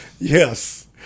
Yes